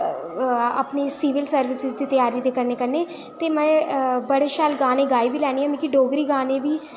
अपनी civil service दी त्यारी दे कन्नै कन्नै ते बड़े शैल गाने गाई बी लैन्नी आं ते मिगी डोगरी गाने बी